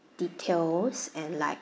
details and like the